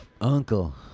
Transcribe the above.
uncle